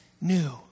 new